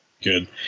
good